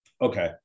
Okay